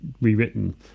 rewritten